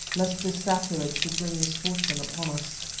lest this sacrilege should bring misfortune upon us.